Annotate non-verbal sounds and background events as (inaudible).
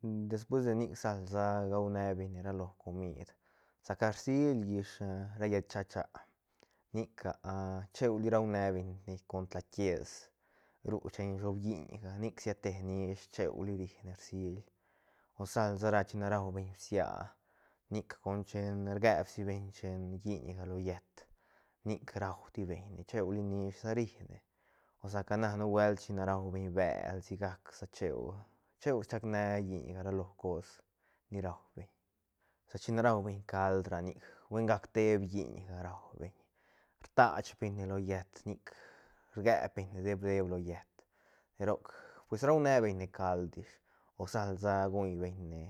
Despues de nic sal sa gaune beñne ra lo comid sa ca rsil ish (hesitation) ra llët cha- cha nic (hesitation) cheuli raune beñ con tla kies ru chen shobilliñga nic siate nish cheuli rine rsiil o sal sa ra chine raubeñ bsia nic con chen rgebsibeñ chen lliñga lo llët nic rauti beñne chic cheusa nishsa rine o saca na nubuelt rua beñ bel sigac sa cheu cheu chacne lliñga ra lo cos ni raubeñ sa china ruabeñ cald ra nic huen gac teeb lliñga ruabeñ rtach beñne lo llët nic rgep beñne dep dep lo llët de roc pues raune beñne cald ish o sal sa guñbeñne